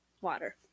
water